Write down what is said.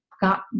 got